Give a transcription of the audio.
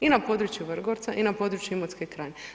I na području Vrgorca i na području Imotske krajine.